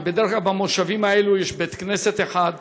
ובדרך כלל במושבים האלו יש בית-כנסת אחד יחיד,